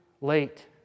late